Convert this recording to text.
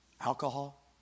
alcohol